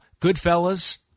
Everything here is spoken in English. Goodfellas